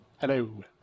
Hello